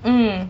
mm